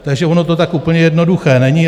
Takže ono to tak úplně jednoduché není.